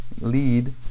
lead